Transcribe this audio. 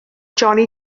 johnny